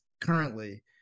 currently